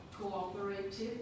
cooperative